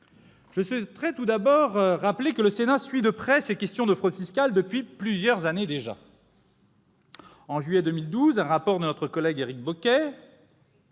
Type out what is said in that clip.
Je souhaiterais tout d'abord rappeler que le Sénat suit de près les questions de fraude fiscale depuis plusieurs années déjà. En juillet 2012, un rapport de notre collègue Éric Bocquet